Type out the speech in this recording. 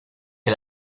que